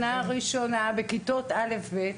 הראשונה, בכיתות א'-ב',